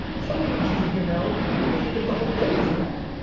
some of the ogs and here know, we've debated if the whole thing was a fad.